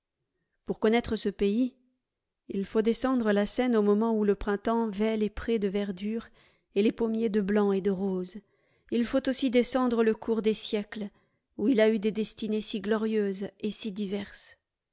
pour connaître ce pays il faut descendre la seine au moment où le printemps vêt les prés de verdure et les pommiers de blanc et de rose il faut aussi descendre le cours des siècles où il a eu des destinées si glorieuses et si diverses